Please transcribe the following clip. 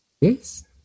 Yes